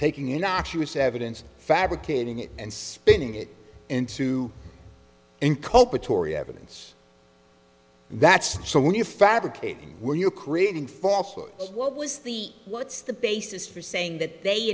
taking innocuous evidence fabricating it and spinning it into inculpatory evidence and that's so when you're fabricating where you're creating false or what was the what's the basis for saying that they